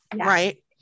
right